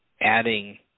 adding